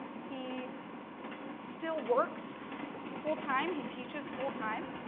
he still works full time, he teaches full time.